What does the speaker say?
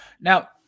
now